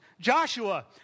Joshua